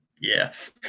yes